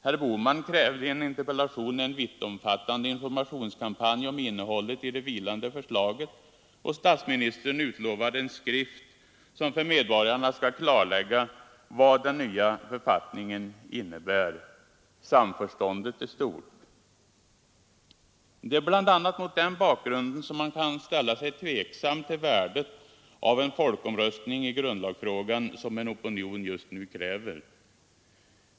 Herr Bohman krävde i en interpellation en vittomfattande informationskampanj om innehållet i det vilande förslaget, och statsministern utlovade en skrift som för medborgarna skall klarlägga vad den nya författningen innebär. Samförståndet är stort. Det är bl.a. mot den bakgrunden som man kan ställa sig tveksam till värdet av en folkomröstning i grundlagsfrågan som en opinion just nu kräver.